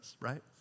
right